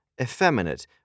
effeminate